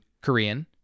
Korean